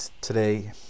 today